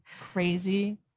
crazy